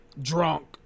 drunk